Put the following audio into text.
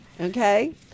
Okay